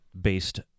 based